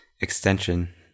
extension